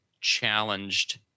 challenged